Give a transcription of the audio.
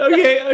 Okay